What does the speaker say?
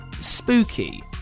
spooky